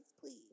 please